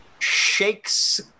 shakes